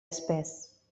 espès